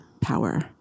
power